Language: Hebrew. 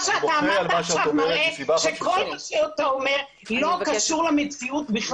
מה שאתה אמרת עכשיו מראה שכל מה שאתה אומר בכלל לא קשור למציאות.